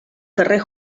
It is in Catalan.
carrer